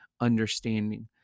understanding